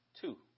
Two